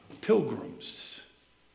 pilgrims